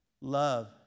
Love